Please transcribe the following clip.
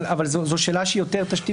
אבל זו שאלה שהיא יותר תשתיתית.